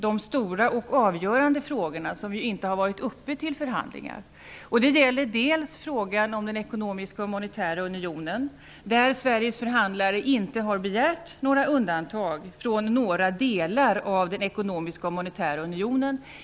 De stora och avgörande frågorna har ju inte varit uppe till förhandling. Den första frågan gäller den ekonomiska och monetära unionen. I den frågan har Sveriges förhandlare inte begärt några undantag från några delar av den ekonomiska och monetära unionen.